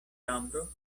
ĉambro